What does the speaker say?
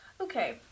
Okay